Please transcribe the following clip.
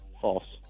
False